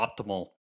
optimal